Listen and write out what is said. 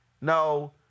no